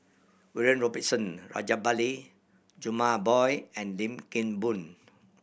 William Robinson Rajabali Jumabhoy and Lim Kim Boon